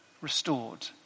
restored